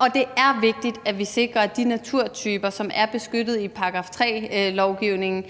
og det er vigtigt, at vi sikrer, at beskyttelsen af de naturtyper, som er beskyttet i § 3-lovgivningen,